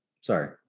sorry